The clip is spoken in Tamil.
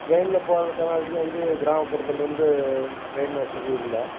ட்ரெயின்ல போகிறதுக்கான வசதி வந்து கிராமப்புறத்துல்ருந்து ட்ரெயின் வசதி இல்லை